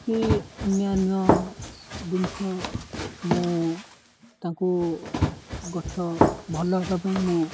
ଅତି ଅନ୍ୟାନ୍ୟ ଜିନିଷ ମୁଁ ତାଙ୍କୁ ଗଛ ଭଲ ହେବା ପାଇଁ ମୁଁ